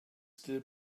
still